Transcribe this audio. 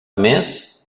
més